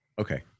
okay